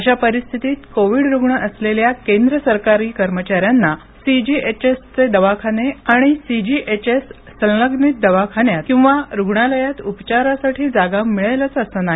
अशा परिस्थितीत कोविड रुग्ण असलेल्या केंद्र सरकारी कर्मचाऱ्यांना सीजीएचएसचे दवाखाने आणि सीजीएचएस संलग्नित दवाखान्यांत किंवा रूग्णालयात उपचारासाठी जागा मिळेलच असं नाही